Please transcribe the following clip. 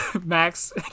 max